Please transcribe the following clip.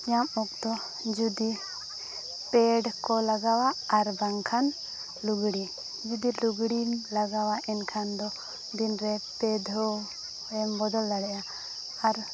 ᱧᱟᱢ ᱚᱠᱛᱚ ᱡᱩᱫᱤ ᱯᱮᱰ ᱠᱚ ᱞᱟᱜᱟᱣᱟ ᱟᱨ ᱵᱟᱝᱠᱷᱟᱱ ᱞᱩᱜᱽᱲᱤ ᱡᱩᱫᱤ ᱞᱩᱜᱽᱲᱤᱢ ᱞᱟᱜᱟᱣᱟ ᱮᱱᱠᱷᱟᱱ ᱫᱚ ᱫᱤᱱ ᱨᱮ ᱯᱮ ᱫᱷᱟᱹᱣ ᱮᱢ ᱵᱚᱫᱚᱞ ᱫᱟᱲᱮᱭᱟᱜᱼᱟ ᱟᱨ